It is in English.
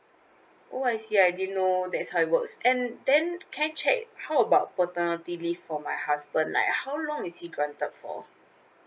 oh I see I didn't know that how it works and then can I check how about paternity leave for my husband like how long is he granted for